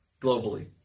globally